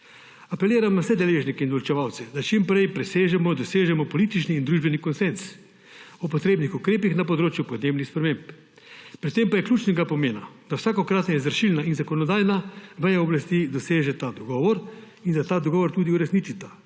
Apeliram na vse deležnike in odločevalce, da čim prej dosežemo politični in družbeni konsenz o potrebnih ukrepih na področju podnebnih sprememb. Pri tem pa je ključnega pomena, da vsakokratna izvršilna in zakonodajna veja oblasti dosežeta dogovor in da ta dogovor tudi uresničita;